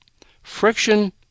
friction